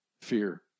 fear